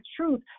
truth